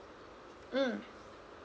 mm